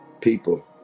People